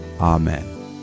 Amen